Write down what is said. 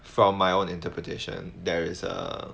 from my own interpretation there is a